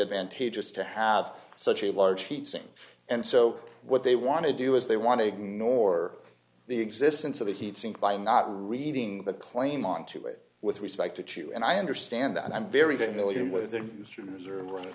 advantage is to have such a large heat sink and so d what they want to do is they want to ignore the existence of the heat sink by not reading the claim onto it with respect to chew and i understand that i'm very familiar with their instruments